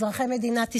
אזרחי מדינת ישראל,